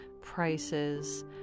prices